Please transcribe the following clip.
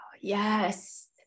yes